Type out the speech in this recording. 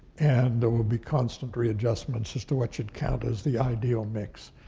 and there will be constant readjustments as to what should count as the ideal mix.